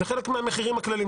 זה חלק מהמחירים הכלליים.